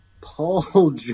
Paul